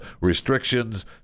restrictions